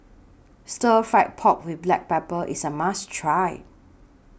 Stir Fry Pork with Black Pepper IS A must Try